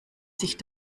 sich